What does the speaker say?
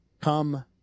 come